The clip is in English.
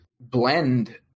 blend